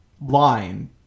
line